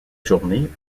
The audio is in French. journée